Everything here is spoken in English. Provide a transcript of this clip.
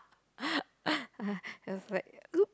I was like !oops!